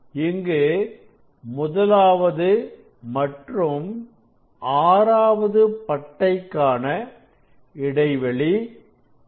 இங்கு முதலாவது மற்றும் 6வது பட்டை கான இடைவெளி 5